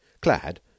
clad